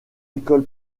école